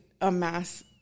amass